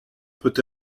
peut